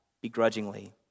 begrudgingly